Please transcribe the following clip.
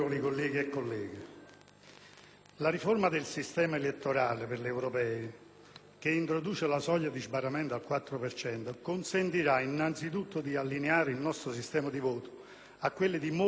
che introduce la soglia di sbarramento al 4 per cento, consentirà innanzitutto di allineare il nostro sistema di voto a quello di molti Paesi europei. Ma, accanto a questo, c'è un altro obiettivo da centrare: